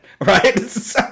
right